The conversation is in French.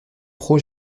pro